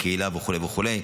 בקהילה וכו' וכו'.